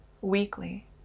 weekly